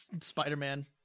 Spider-Man